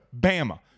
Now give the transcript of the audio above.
Bama